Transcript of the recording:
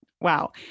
wow